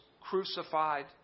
crucified